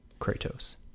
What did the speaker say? Kratos